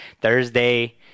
Thursday